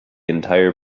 entire